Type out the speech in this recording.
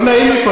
לא נעים לי פה,